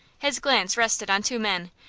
his glance rested on two men,